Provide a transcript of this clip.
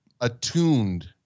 attuned